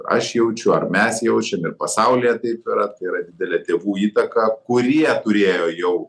aš jaučiu ar mes jaučiam ir pasaulyje taip yra tai yra didelė tėvų įtaka kurie turėjo jau